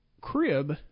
crib